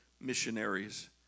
missionaries